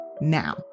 now